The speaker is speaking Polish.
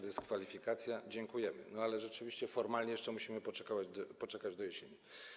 Dyskwalifikacja, dziękujemy, no, ale rzeczywiście formalnie jeszcze musimy poczekać do jesieni.